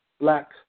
black